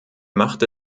machte